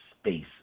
space